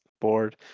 board